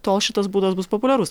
tol šitas būdas bus populiarus